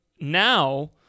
now